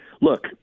look